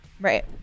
Right